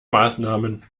maßnahmen